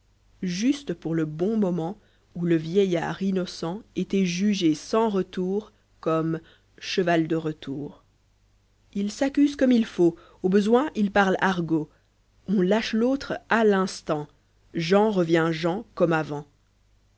juste pour le bon moment où le vieillard innocent etait jugé sans retour comme cheval de retour il s'accuse comme il faut au besoin il parle argot on lâche l'autre à l'instant jean revient jean comnie avant